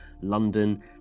London